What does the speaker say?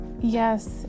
Yes